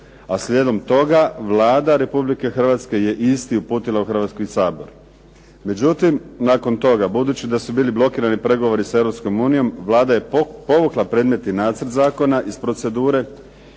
a slijedom toga Vlada Republike Hrvatske je isti uputila u Hrvatski sabor. Međutim, nakon toga budući da su bili blokirani pregovori sa Europskom unijom Vlada je povukla predmetni nacrt zakona iz procedure